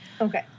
Okay